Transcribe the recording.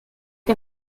que